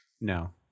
No